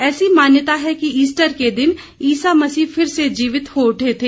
ऐसी मान्यता है कि ईस्टर के दिन ईसा मसीह फिर से जीवित हो उठे थे